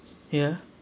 ya